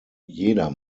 jeder